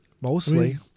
Mostly